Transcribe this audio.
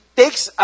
takes